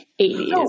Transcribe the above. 80s